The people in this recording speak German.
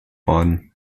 worden